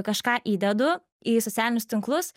kažką įdedu į socialinius tinklus